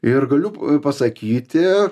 ir galiu pasakyti